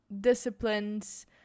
disciplines